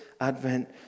Advent